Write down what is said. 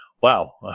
Wow